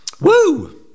Woo